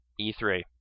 E3